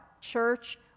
church